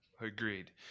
Agreed